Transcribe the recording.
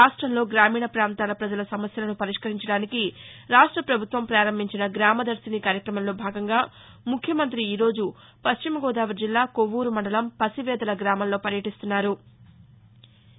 రాష్టంలో గామీణ పాంతాల పజల సమస్యలను పరిష్కరించడానికి రాష్ట పభుత్వం ప్రారంభించిన గ్రామదర్శిని కార్యక్రమంలో భాగంగా ముఖ్యమంత్రి ఈరోజు పశ్చిమ గోదావరి జిల్లా కొవ్వూరు మండలం పసివేదల గ్రామంలో పర్యటిస్తున్నారు